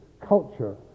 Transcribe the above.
culture